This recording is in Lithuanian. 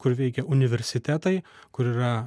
kur veikia universitetai kur yra